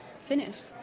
finished